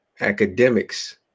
academics